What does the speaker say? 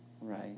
Right